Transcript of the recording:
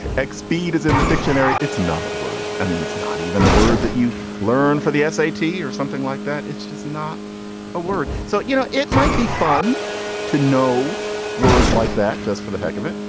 x speed is in the dictionary it's not a word. i mean it's not even a word that you learn for the s a t. or something like that. it's just not a word. so you know it might be fun to know words like that just for the heck of it.